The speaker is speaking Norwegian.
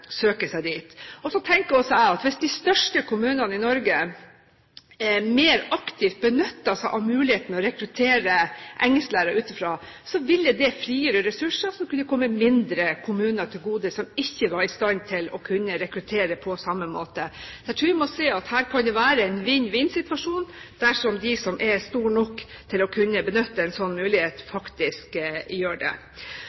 søke seg dit. Så tenker jeg at hvis de største kommunene i Norge mer aktivt benyttet seg av muligheten til å rekruttere engelsklærere utenfra, ville det frigjøre ressurser som kunne komme mindre kommuner som ikke var i stand til å rekruttere på samme måte, til gode. Jeg tror at vi må se at det her kan være en vinn-vinn-situasjon dersom de som er store nok til å kunne benytte en sånn mulighet,